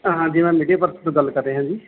ਹਾਂਜੀ ਹਾਂ media press ਤੋਂ ਗੱਲ ਕਰ ਰਿਹਾ ਜੀ